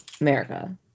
America